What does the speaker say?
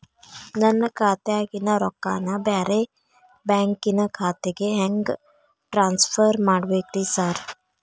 ನನ್ನ ಖಾತ್ಯಾಗಿನ ರೊಕ್ಕಾನ ಬ್ಯಾರೆ ಬ್ಯಾಂಕಿನ ಖಾತೆಗೆ ಹೆಂಗ್ ಟ್ರಾನ್ಸ್ ಪರ್ ಮಾಡ್ಬೇಕ್ರಿ ಸಾರ್?